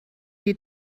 die